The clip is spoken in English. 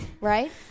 right